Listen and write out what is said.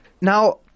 Now